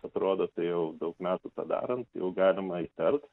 atrodo tai jau daug metų tą darant jau galima įtart